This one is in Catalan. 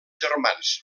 germans